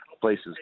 places